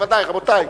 עדיין לא נקבע מיהו,